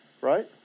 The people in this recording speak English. Right